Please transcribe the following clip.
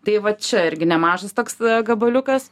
tai va čia irgi nemažas toks gabaliukas